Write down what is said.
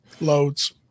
loads